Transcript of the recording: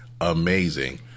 amazing